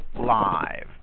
live